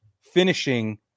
finishing